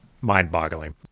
mind-boggling